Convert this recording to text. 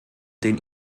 den